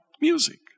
music